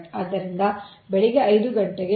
ಆದ್ದರಿಂದ ಬೆಳಿಗ್ಗೆ 5 ಗಂಟೆಗೆ ಅದು 0